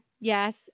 Yes